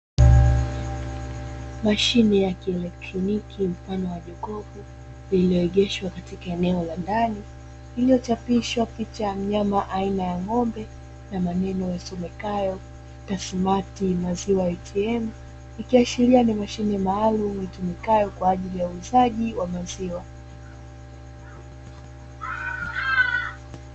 Mashine ya kielektroniki mfano wa vikopo vilivyoegeshwa katika eneo la ndani iliyochapishwa picha ya mnyama aina ya ng'ombe na maneno yasomekayo pasimati maziwa ATM, ikiashiria ni mashine maalumu itumikayo kwa ajili ya uuzaji wa maziwa.